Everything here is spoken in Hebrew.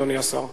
אדוני השר?